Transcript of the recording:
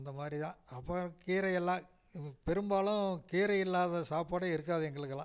அந்த மாதிரி தான் அப்போ கீரையெல்லாம் பெரும்பாலும் கீரை இல்லாம சாப்பாடே இருக்காது எங்களுக்கெல்லாம்